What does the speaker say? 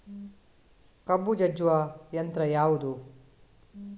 ಕಬ್ಬು ಜಜ್ಜುವ ಯಂತ್ರ ಯಾವುದು?